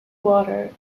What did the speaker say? water